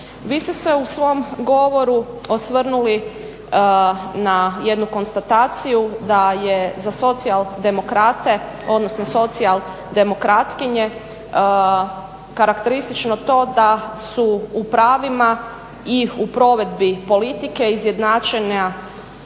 Vi ste se u svom govoru osvrnuli na jednu konstataciju da je za socijaldemokrate, odnosno socijaldemokratkinje karakteristično to da su u pravima i u provedbi politike izjednačene